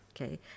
Okay